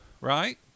right